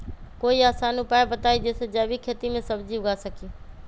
कोई आसान उपाय बताइ जे से जैविक खेती में सब्जी उगा सकीं?